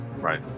Right